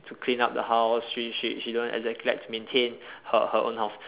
to clean up the house she she she don't exactly like to maintain her her own house